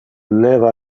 leva